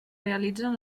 realitzen